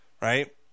right